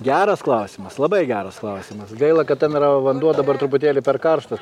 geras klausimas labai geras klausimas gaila kad ten yra vanduo dabar truputėlį per karštas